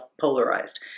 polarized